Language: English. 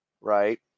right